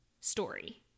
story